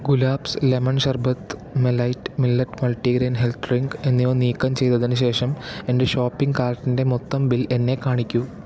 Gulaabs lemon sharbat മെലൈറ്റ് millet multigrain health drink എന്നിവ നീക്കം ചെയ്തതിന് ശേഷം എന്റെ ഷോപ്പിംഗ് കാർട്ടിന്റെ മൊത്തം ബിൽ എന്നെ കാണിക്കൂ